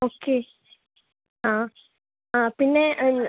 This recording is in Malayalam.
ഓക്കെ ആ ആ പിന്നെ എന്ന്